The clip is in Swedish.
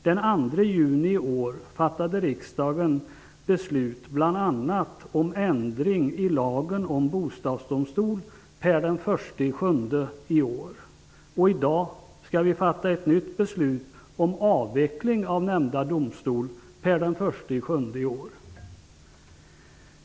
Den 2 juni i år fattade riksdagen bl.a. beslut om ändring i lagen om bostadsdomstol per den 1 juli 1994. I dag skall vi fatta ett nytt beslut om avveckling av nämnda domstol per den 1 juli 1994.